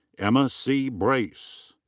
emma c. brace.